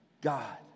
God